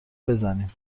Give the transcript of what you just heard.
بزنیم